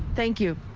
thank you.